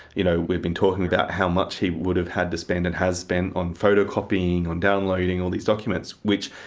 you know we've been talking about how much he would have had to spend and has spent on photocopying, on downloading all these documents which.